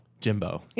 Jimbo